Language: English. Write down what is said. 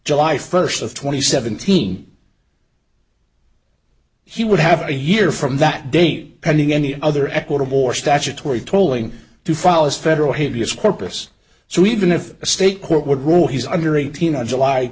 july first of twenty seventeen he would have a year from that date pending any other equitable or statutory tolling to file this federal habeas corpus so even if a state court would rule he's under eighteen on july